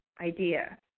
idea